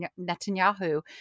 netanyahu